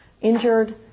injured